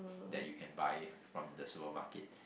that you can buy from the supermarket